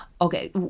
okay